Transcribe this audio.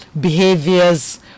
behaviors